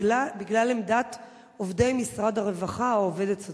בגלל עמדת עובדי משרד הרווחה או עובדת סוציאלית,